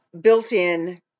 built-in